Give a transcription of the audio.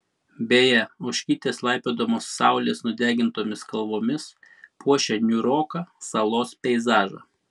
beje ožkytės laipiodamos saulės nudegintomis kalvomis puošia niūroką salos peizažą